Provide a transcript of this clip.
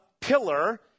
pillar